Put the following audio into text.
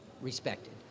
respected